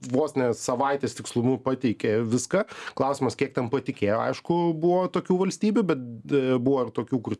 vos ne savaitės tikslumu pateikė viską klausimas kiek ten patikėjo aišku buvo tokių valstybių bet buvo ir tokių kur